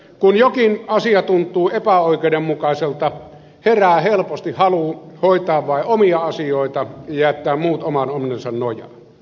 kun jokin asia tuntuu epäoikeudenmukaiselta herää helposti halu hoitaa vain omia asioita ja jättää muut oman onnensa nojaan